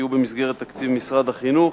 יהיו במסגרת תקציב משרד החינוך,